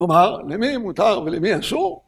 כלומר, למי מותר ולמי אסור?